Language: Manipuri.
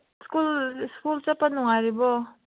ꯁ꯭ꯀꯨꯜ ꯁ꯭ꯀꯨꯜ ꯆꯠꯄ ꯅꯨꯡꯉꯥꯏꯔꯤꯕꯣ